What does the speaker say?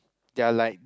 they are like